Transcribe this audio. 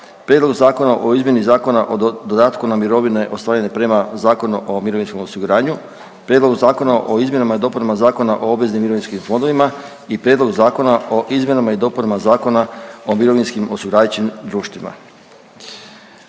Prijedlogu Zakona o izmjeni Zakona o dodatku na mirovine ostvarene prema Zakonu o mirovinskom osiguranju, Prijedlogu Zakona o izmjenama i dopunama Zakona o obveznim mirovinskim fondovima i Prijedlog Zakona o izmjenama i dopuna Zakona o mirovinskim osiguravajućim društvima.